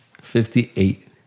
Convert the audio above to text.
Fifty-eight